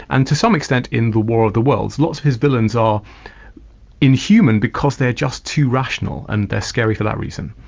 and to some extent in the war of the worlds, lots of his villains are inhuman because they're just too rational and they're scary for that reason.